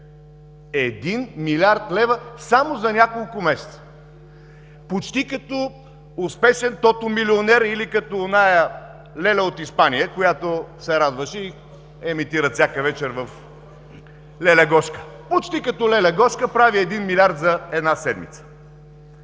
Един милиард лева само за няколко месеца – почти като успешен тотомилионер! Или като онази леля от Испания, която се радваше – леля Гошка, която имитират всяка вечер. Почти като леля Гошка прави един милиард за една седмица!